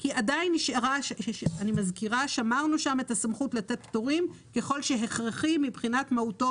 אני מזכירה ששמרנו שם את הסמכות לתת פטורים ככל שהכרחי מבחינת מהותו